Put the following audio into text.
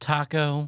Taco